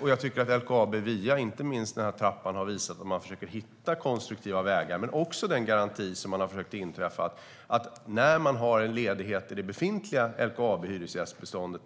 Och jag tycker att de har visat att de försöker hitta konstruktiva vägar, inte minst genom trappan men också genom den garanti som de har försökt införa. Den innebär att när en ledighet i det befintliga LKAB-hyresgästbeståndet